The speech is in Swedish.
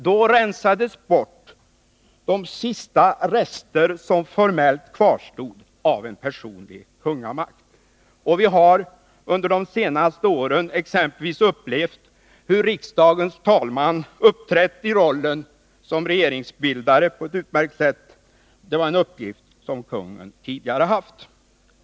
Då rensades bort de sista rester som formellt kvarstod av en personlig kungamakt, och vi har under de senaste åren exempelvis upplevt hur riksdagens talman på ett utmärkt sätt har uppträtt i rollen som regeringsbildare. Det var en uppgift som kungen tidigare hade.